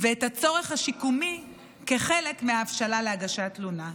ואת הצורך השיקומי כחלק מההבשלה להגשת תלונה.